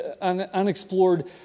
unexplored